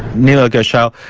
neela ghoshal,